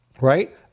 right